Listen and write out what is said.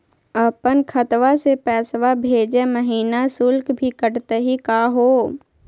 अपन खतवा से पैसवा भेजै महिना शुल्क भी कटतही का हो?